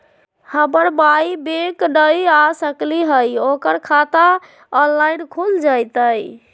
हमर माई बैंक नई आ सकली हई, ओकर खाता ऑनलाइन खुल जयतई?